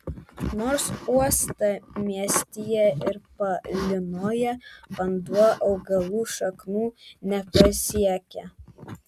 nors uostamiestyje ir palynoja vanduo augalų šaknų nepasiekia